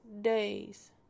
days